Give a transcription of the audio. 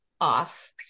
off